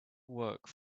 work